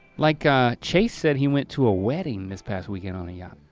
like ah chase said he went to a wedding this past weekend on a yacht.